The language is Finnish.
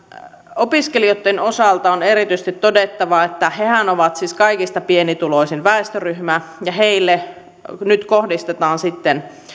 opiskelijoitten osalta on erityisesti todettava että hehän ovat siis kaikista pienituloisin väestöryhmä ja heille nyt kohdistetaan sitten